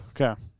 Okay